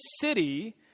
city